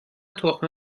تخم